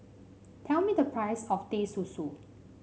tell me the price of Teh Susu